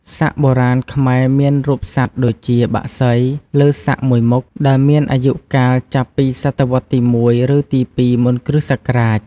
សាក់បុរាណខ្មែរមានរូបសត្វដូចជា បក្សី លើសាក់មួយមុខ ដែលមានអាយុកាលចាប់ពីសតវត្សទី ១ ឬ ២ មុនគ្រិស្តសករាជ។